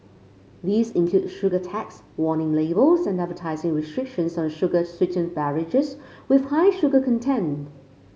these include sugar tax warning labels and advertising restrictions on sugar sweetened beverages with high sugar content